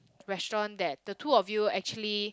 restaurant that the two of you actually